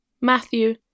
Matthew